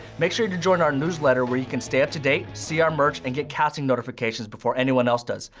make sure to join our newsletter where you can stay up to date, see our merch and get casting notifications before anyone else does.